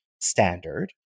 standard